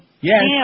Yes